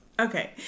Okay